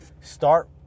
Start